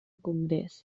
congrés